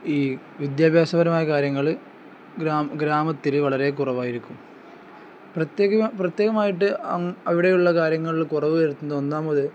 ഈ വിദ്യാഭ്യാസപരമായ കാര്യങ്ങള് ഗ്രാമത്തില് വളരെ കുറവായിരിക്കും പ്രത്യേക പ്രത്യേകമായിട്ട് അവിടെയുള്ള കാര്യങ്ങളില് കുറവു വരുത്തുന്ന ഒന്നാമത്